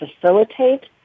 facilitate